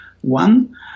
one